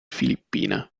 filippine